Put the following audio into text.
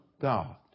God